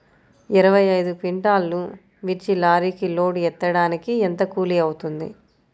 ఇరవై ఐదు క్వింటాల్లు మిర్చి లారీకి లోడ్ ఎత్తడానికి ఎంత కూలి అవుతుంది?